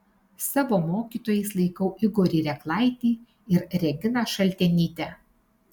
savo mokytojais laikau igorį reklaitį ir reginą šaltenytę